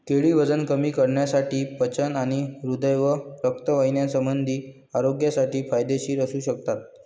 केळी वजन कमी करण्यासाठी, पचन आणि हृदय व रक्तवाहिन्यासंबंधी आरोग्यासाठी फायदेशीर असू शकतात